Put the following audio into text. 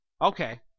Okay